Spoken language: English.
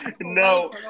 No